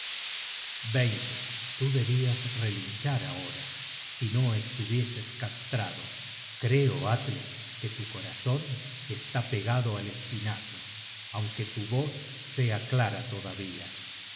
hloedve tú debias relinchar ahora si no estuvieses castrado creo atle que tu corazon está pegado al espinazo aunque tu voz sea clara todavía